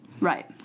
Right